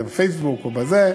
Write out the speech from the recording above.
בפייסבוק או בזה.